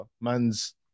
man's